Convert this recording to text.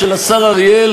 יריב,